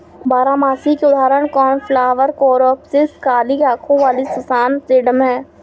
बारहमासी के उदाहरण कोर्नफ्लॉवर, कोरॉप्सिस, काली आंखों वाली सुसान, सेडम हैं